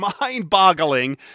mind-boggling